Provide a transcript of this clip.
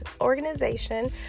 organization